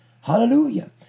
Hallelujah